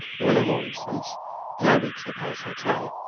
there were no more incidents till i reached the palace hotel,